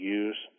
use